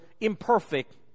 imperfect